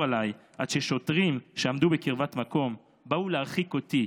עליי עד ששוטרים שעמדו בקרבת מקום באו להרחיק אותי,